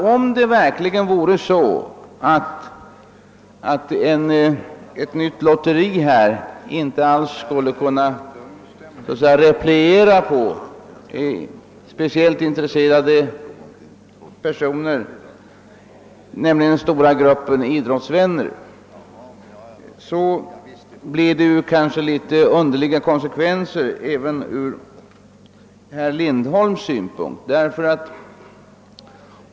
Om det verkligen vore så att ett nytt lotteri inte speciellt skulle intressera de stora grupperna av idrottsvänner, blir konsekvenserna litet underliga även ur herr Lindholms synpunkt.